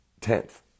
tenth